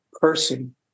person